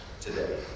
today